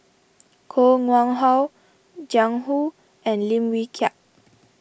Koh Nguang How Jiang Hu and Lim Wee Kiak